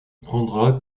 prendra